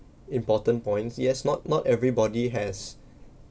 important points yes not not everybody has